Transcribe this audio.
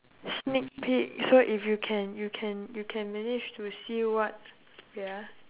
sneak peek so if you can you can you can manage to see what wait ah